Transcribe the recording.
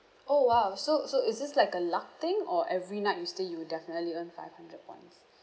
orh !wow! so so is this like a luck thing or every night you stay you will definitely earn five hundred points